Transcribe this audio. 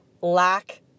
lack